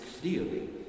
clearly